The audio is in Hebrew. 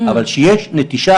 אבל כשיש נטישה,